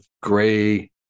gray